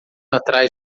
atrás